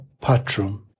Patrum